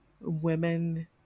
women